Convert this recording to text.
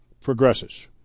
progresses